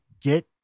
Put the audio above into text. get